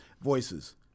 voices